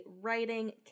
writing